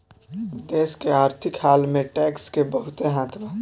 देश के आर्थिक हाल में टैक्स के बहुते हाथ बा